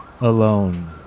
alone